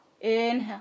inhale